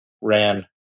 ran